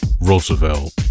Roosevelt